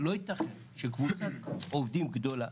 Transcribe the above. לא ייתכן שקבוצת עובדים גדולה,